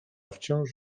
wciąż